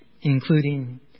including